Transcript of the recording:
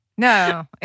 No